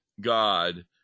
God